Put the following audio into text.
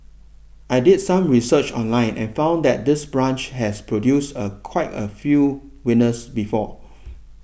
I did some research online and found that this branch has produced a quite a few winners before